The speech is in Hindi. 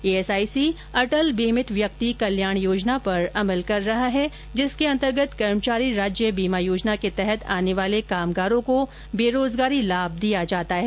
ईएसआईसी अंटल बीमित व्यक्ति कल्याण योजना पर अमल कर रहा है जिसके अंतर्गत कर्मचारी राज्य बीमा योजना के तहत आने वाले कामगारों को बेरोजगारी लाभ दिया जाता है